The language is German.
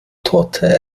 torte